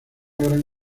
gran